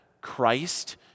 Christ